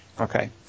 Okay